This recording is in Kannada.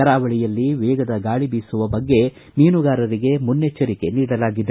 ಕರಾವಳಿಯಲ್ಲಿ ವೇಗದ ಗಾಳಿ ಬೀಸುವ ಬಗ್ಗೆ ಮೀನುಗಾರರಿಗೆ ಮುನ್ನೆಚ್ವರಿಕೆ ನೀಡಲಾಗಿದೆ